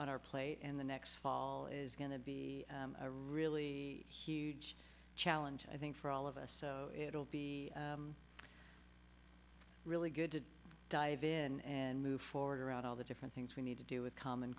on our plate and the next fall is going to be a really huge challenge i think for all of us so it'll be really good to dive in and move forward around all the different things we need to do with common